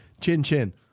Chin-chin